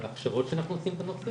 על ההכשרות שאנחנו עושים בנושא,